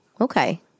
okay